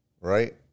right